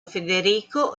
federico